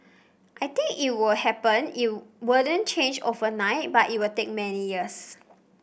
I think it would happen it wouldn't change overnight but it would take many years